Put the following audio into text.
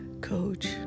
coach